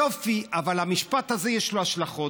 יופי, אבל המשפט הזה, יש לו השלכות.